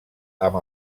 amb